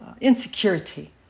insecurity